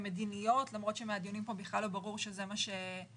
מדיניות למרות שמהדיונים פה בכלל לא ברור שזה מה שקורה.